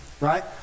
right